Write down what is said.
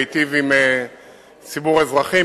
להיטיב עם ציבור אזרחים,